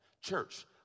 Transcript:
Church